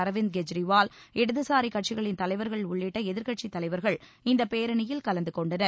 அரவிந்த் கெஜ்ரிவால் இடதுசாரிக் கட்சிகளின் தலைவர்கள் உள்ளிட்ட எதிர்க்கட்சித் தலைவர்கள் இந்தப் பேரணியில் கலந்து கொண்டனர்